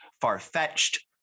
far-fetched